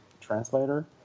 translator